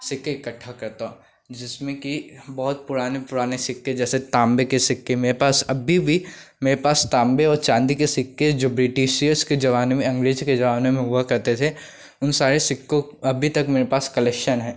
सिक्के इकट्ठा करता हूँ जिसमें कि बहुत पुराने पुराने सिक्के जैसे ताँबे के सिक्के मेरे पास अभी भी मेरे पास ताँबे और चाँदी के सिक्के जो ब्रिटिशियस के ज़माने में अंग्रेज़ के ज़माने में हुआ करते थे उन सारे सिक्कों अभी तक मेरे पास कलेक्शन है